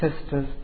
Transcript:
sisters